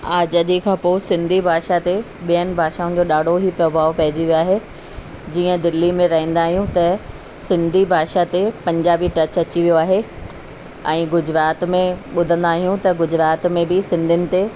हा जॾहिं खां पोइ सिंधी भाषा ते ॿियनि भाषाउनि जो ॾाढो ई प्रभाव पेईजी वियो आहे जीअं दिल्ली में रहंदा आहियूं त सिंधी भाषा ते पंजाबी टच अची वियो आहे ऐं गुजरात में ॿुधंदा आहियूं त गुजरात में बि सिंधियुनि ते